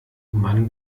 man